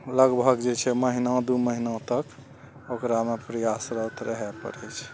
लगभग जे छै महीना दू महीना तक ओकरामे प्रयासरत रहय पड़य छै